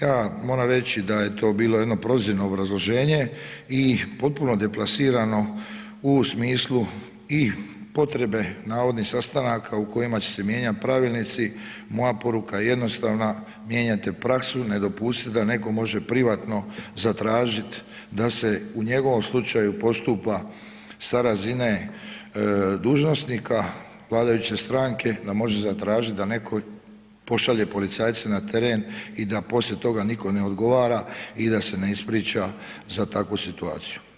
Ja moram reći da je to bilo jedno prozirno obrazloženje i potpuno deplasirano u smislu i potrebe navodnih sastanaka u kojima će se mijenjat pravilnici, moja poruka je jednostavna mijenjajte praksu, ne dopustite da netko može privatno zatražit da se u njegovom slučaju postupa sa razine dužnosnika vladajuće stranke, da može zatražit da netko pošalje policajce na teren i da poslije toga nitko ne odgovara i da se ne ispriča na takvu situaciju.